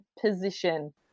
position